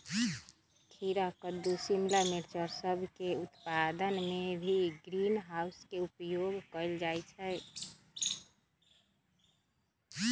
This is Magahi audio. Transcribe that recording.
खीरा कद्दू शिमला मिर्च और सब के उत्पादन में भी ग्रीन हाउस के उपयोग कइल जाहई